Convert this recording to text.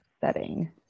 setting